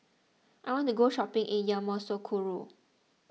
I want to go shopping in Yamoussoukro